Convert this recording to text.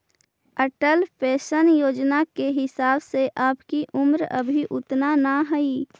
Atal pension योजना के हिसाब से आपकी उम्र अभी उतना न हई